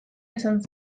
izan